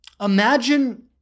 imagine